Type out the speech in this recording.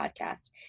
podcast